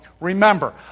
Remember